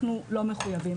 אנחנו לא מחויבים.